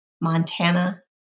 Montana